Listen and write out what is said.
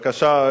בבקשה.